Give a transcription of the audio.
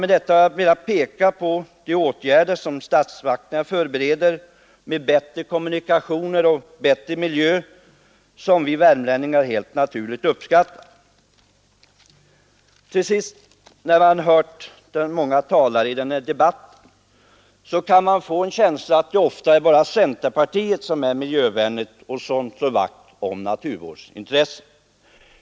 Med detta har jag velat peka på de åtgärder som statsmakterna förbereder med bättre kommunikationer och bättre miljöer som vi värmlänningar helt naturligt uppskattar. Till sist: När man hört många talare i den här debatten har man kunnat få en känsla av att det ofta bara är centerpartiet som är miljövänligt och slår vakt om naturvårdsintressena.